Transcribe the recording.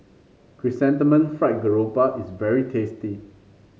Chrysanthemum Fried Garoupa is very tasty